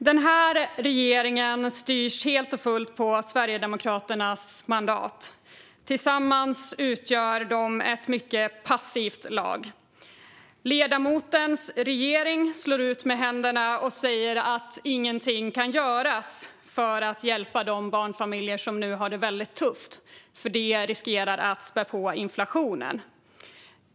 Fru talman! Regeringen styr helt och fullt på Sverigedemokraternas mandat. Tillsammans utgör de ett mycket passivt lag. Ledamotens regering slår ut med händerna och säger att ingenting kan göras för att hjälpa de barnfamiljer som nu har det väldigt tufft därför att det riskerar att spä på inflationen.